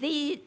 the